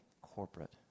corporate